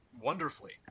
wonderfully